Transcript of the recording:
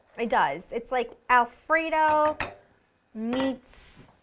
it does, it's like alfredo meets